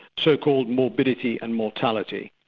so-called morbidity and mortality.